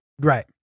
right